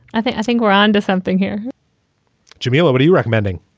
i think i think we're on to something here jamelia, what are you recommending?